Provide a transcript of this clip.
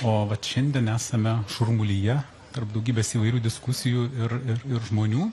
o vat šiandien esame šurmulyje tarp daugybės įvairių diskusijų ir ir ir žmonių